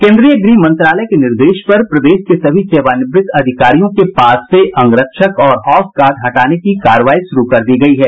केन्द्रीय गृह मंत्रालय के निर्देश पर प्रदेश के सभी सेवानिवृत्त अधिकारियों के पास से अंगरक्षक और हाउस गार्ड हटाने की कार्रवाई शुरू कर दी गई है